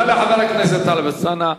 תודה לחבר הכנסת טלב אלסאנע.